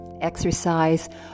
exercise